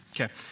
Okay